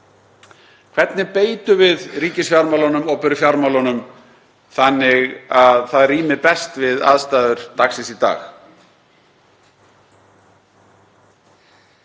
Hvernig beitum við ríkisfjármálunum og opinberu fjármálunum þannig að það rími best við aðstæður dagsins í dag?